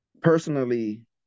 personally